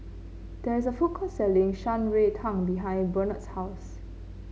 there is a food court selling Shan Rui Tang behind Burnett's house